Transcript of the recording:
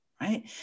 right